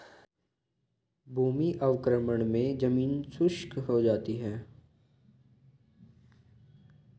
भूमि अवक्रमण मे जमीन शुष्क हो जाती है